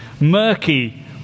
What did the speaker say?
murky